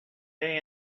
day